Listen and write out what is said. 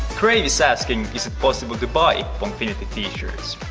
crave is asking, is it possible to buy pongfinity t-shirts?